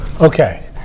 Okay